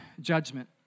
judgment